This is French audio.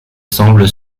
semblent